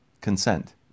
Consent